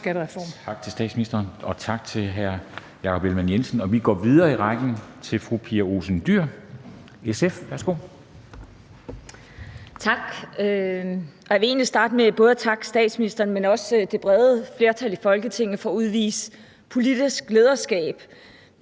Tak til statsministeren, og tak til hr. Jakob Ellemann-Jensen. Vi går videre i rækken til fru Pia Olsen Dyhr, SF. Værsgo. Kl. 13:11 Spm. nr. US 50 Pia Olsen Dyhr (SF): Tak. Jeg vil egentlig starte med både at takke statsministeren, men også det brede flertal i Folketinget for at udvise politisk lederskab,